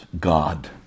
God